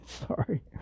sorry